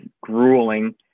grueling